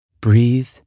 breathe